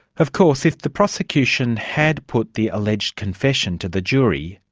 of course, if the prosecution had put the alleged confession to the jury,